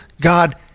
God